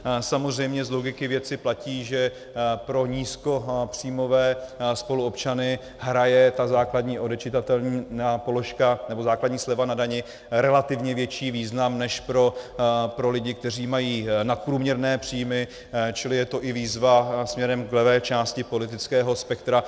Samozřejmě z logiky věci platí, že pro nízkopříjmové spoluobčany má ta základní odečitatelná položka nebo základní sleva na dani relativně větší význam než pro lidi, kteří mají nadprůměrné příjmy, čili je to i výzva směrem k levé části politického spektra.